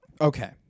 Okay